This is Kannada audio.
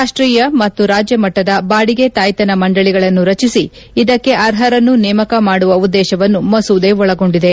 ರಾಷ್ಟೀಯ ಮತ್ತು ರಾಜ್ಯ ಮಟ್ಟದ ಬಾಡಿಗೆ ತಾಯ್ತನ ಮಂಡಳಿಗಳನ್ನು ರಚಿಸಿ ಇದಕ್ಕೆ ಅರ್ಹರನ್ನು ನೇಮಕ ಮಾಡುವ ಉದ್ದೇಶವನ್ನು ಮಸೂದೆ ಒಳಗೊಂಡಿದೆ